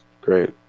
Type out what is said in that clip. great